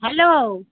hello